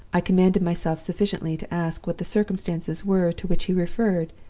i commanded myself sufficiently to ask what the circumstances were to which he referred,